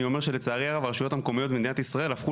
אומר שלצערי הרב הרשויות המקומיות במדינת ישראל הפכו